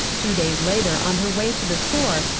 two days later, on her way to the store,